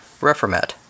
Reformat